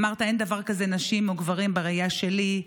אמרת: אין דבר כזה נשים או גברים בראייה שלי,